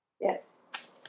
Yes